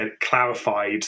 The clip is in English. clarified